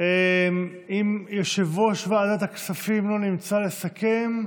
אם יושב-ראש ועדת הכספים לא נמצא כדי לסכם,